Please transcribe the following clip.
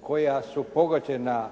koja su pogođena